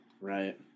Right